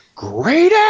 Great